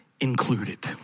included